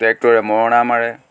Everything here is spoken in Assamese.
ট্ৰেক্টৰে মৰণা মাৰে